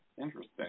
Interesting